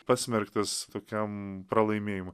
pasmerktas tokiam pralaimėjimu